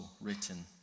written